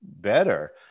better